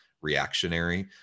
reactionary